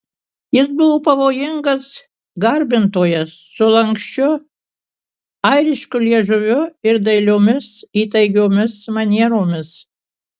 jis buvo pavojingas garbintojas su lanksčiu airišku liežuviu ir dailiomis įtaigiomis manieromis